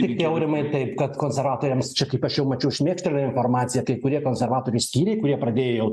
tiktai aurimai taip kad konservatoriams čia kaip aš jau mačiau šmėkštelėjo informacija kai kurie konservatorių skyriai kurie pradėjo